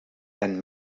and